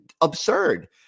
absurd